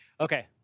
okay